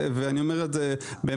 ואני אומר את זה לשמחתי,